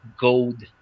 gold